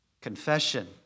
confession